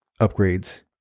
upgrades